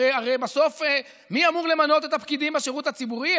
הרי מי בסוף אמור למנות את הפקידים בשירות הציבורי,